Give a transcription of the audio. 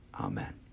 Amen